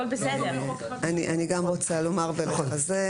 אני גם רוצה לומר ולחזק,